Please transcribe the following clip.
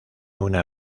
una